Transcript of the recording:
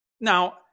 Now